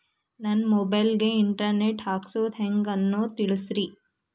ನನ್ನ ಮೊಬೈಲ್ ಗೆ internet ಹಾಕ್ಸೋದು ಹೆಂಗ್ ಅನ್ನೋದು ತಿಳಸ್ರಿ